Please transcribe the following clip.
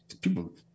people